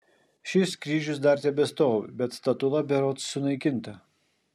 šis kryžius dar tebestovi bet statula berods sunaikinta